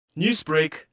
Newsbreak